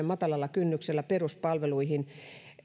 matalalla kynnyksellä peruspalveluihin